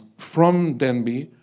from denby,